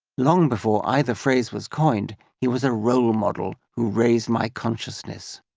long before either phrase was coined, he was a role model who raised my consciousness.